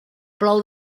plou